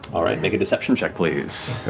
all right, make a deception check, please.